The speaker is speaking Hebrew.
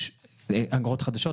יש אגרות חדשות.